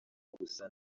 gusa